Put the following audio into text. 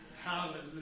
Hallelujah